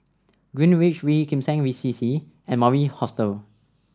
Greenwich V Kim Seng C C and Mori Hostel